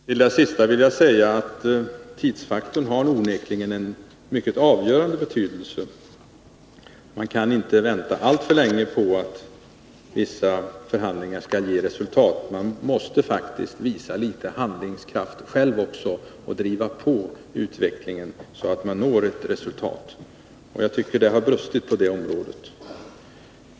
Herr talman! Till detta vill jag säga att tidsfaktorn onekligen har en mycket avgörande betydelse. Man kan inte vänta alltför länge på att vissa förhandlingar skall ge resultat. Man måste faktiskt också visa litet handlingskraft själv och driva på utvecklingen, så att man når ett resultat. Jag tycker att det har brustit i det avseendet.